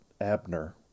Abner